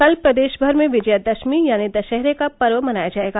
कल प्रदेश भर में विजयादशमी यानी दशहरा का पर्व मनाया जायेगा